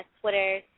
Twitter